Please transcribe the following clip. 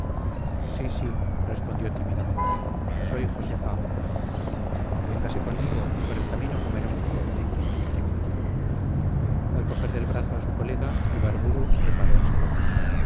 sí sí respondió tímidamente soy josé fago véngase conmigo y por el camino comeremos un bocadito al coger del brazo a su colega ibarburu reparó en saloma